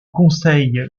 conseil